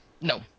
No